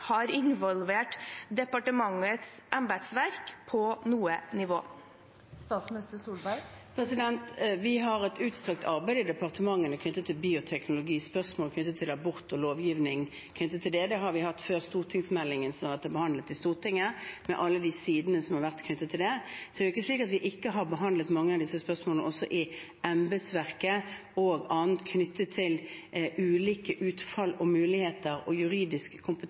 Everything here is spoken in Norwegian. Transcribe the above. har involvert departementets embetsverk på noe nivå? Vi har et utstrakt arbeid i departementene knyttet til bioteknologi – spørsmål knyttet til abort og lovgivning. Det har vi hatt før stortingsmeldingen som har vært behandlet i Stortinget, med alle sidene som har vært knyttet til det. Det er ikke slik at vi ikke har behandlet mange av disse spørsmålene også i embetsverket og annet knyttet til ulike utfall og muligheter og juridisk